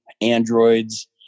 androids